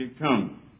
come